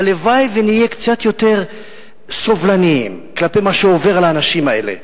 והלוואי שנהיה קצת יותר סובלניים כלפי מה שעובר על האנשים האלה,